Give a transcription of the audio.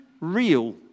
real